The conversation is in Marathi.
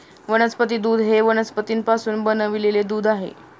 वनस्पती दूध हे वनस्पतींपासून बनविलेले दूध आहे